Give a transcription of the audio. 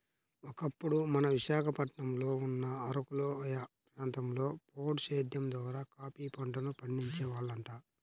ఒకప్పుడు మన విశాఖపట్నంలో ఉన్న అరకులోయ ప్రాంతంలో పోడు సేద్దెం ద్వారా కాపీ పంటను పండించే వాళ్లంట